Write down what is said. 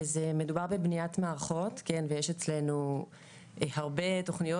מדובר בבניית מערכות ויש אצלנו הרבה תוכניות